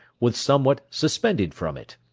with somewhat suspended from it.